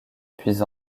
puis